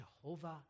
Jehovah